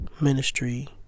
Ministry